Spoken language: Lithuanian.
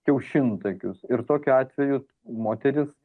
kiaušintakius ir tokiu atveju moteris